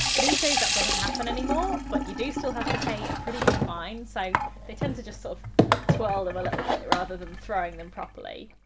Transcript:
these days that doesn't happen anymore, but you do still have to pay a pretty big fine, so they tend to just sort of twirl them a little bit rather than throwing them properly,